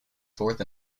fourth